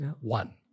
One